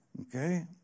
Okay